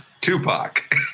Tupac